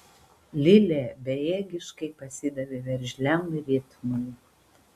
lilė bejėgiškai pasidavė veržliam ritmui